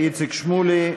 איציק שמולי,